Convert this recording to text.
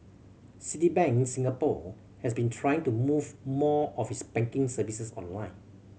Citibank Singapore has been trying to move more of its banking services online